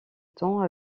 temps